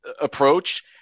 approach